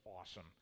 awesome